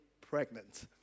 pregnant